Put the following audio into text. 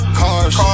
cars